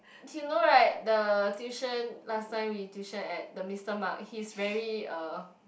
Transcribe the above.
you know [right] the tuition last time we tuition at the Mister Mark he's very uh